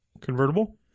convertible